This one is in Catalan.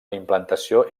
implantació